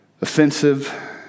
offensive